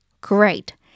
great